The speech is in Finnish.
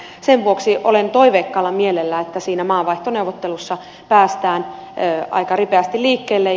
sen vuoksi olen toiveikkaalla mielellä että maanvaihtoneuvotteluissa päästää aika ripeästi liikkeelle